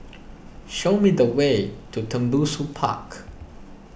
show me the way to Tembusu Park